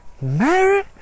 Mary